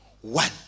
One